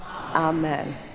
Amen